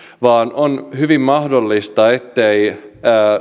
vaan on hyvin mahdollista etteivät